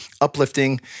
uplifting